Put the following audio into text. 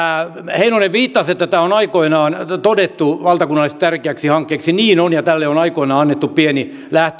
heinonen viittasi että tämä on aikoinaan todettu valtakunnallisesti tärkeäksi hankkeeksi niin on ja tälle on aikoinaan annettu pieni